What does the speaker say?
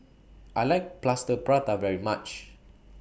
I like Plaster Prata very much